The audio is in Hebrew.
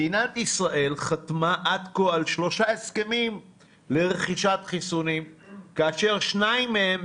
מדינת ישראל חתמה עד כה על שלושה הסכמים לרכישת חיסונים כאשר שניים מהם